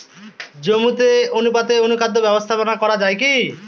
জমিতে অনুপাতে অনুখাদ্য ব্যবস্থাপনা করা য়ায় কি?